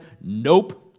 Nope